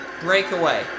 Breakaway